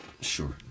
Sure